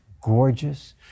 gorgeous